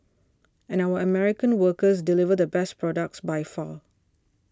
and our American workers deliver the best products by far